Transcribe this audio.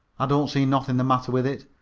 i don't see nothin' the matter with it.